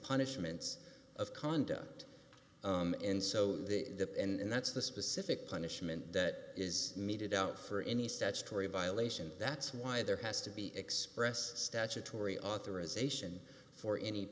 punishments of conduct and so the and that's the specific punishment that is meted out for any statutory violation that's why there has to be expressed statutory authorization for any